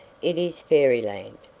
it is fairyland.